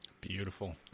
Beautiful